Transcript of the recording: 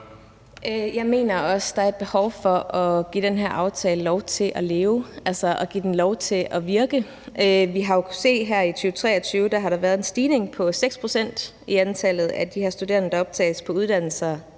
Jeg mener også, at der er et behov for at give den her aftale lov til at leve af, altså at give den lov til at virke. Vi har jo set, at der her i 2023 har været en stigning på 6 pct. i antallet af de her studerende, der optages på uddannelser